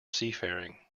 seafaring